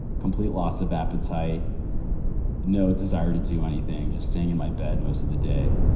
complete loss of appetite no desire to do anything, just staying in my bed most of the day.